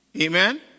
amen